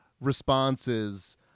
responses